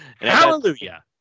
Hallelujah